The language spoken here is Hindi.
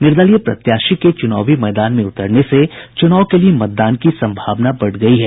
निर्दलीय प्रत्याशी के चुनावी मैदान में उतरने से चुनाव के लिये मतदान की संभावना बढ़ गयी है